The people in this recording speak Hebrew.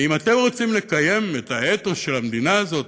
ואם אתם רוצים לקיים את האתוס של המדינה הזאת,